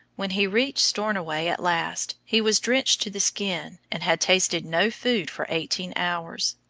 when he reached stornoway at last, he was drenched to the skin and had tasted no food for eighteen hours.